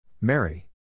Mary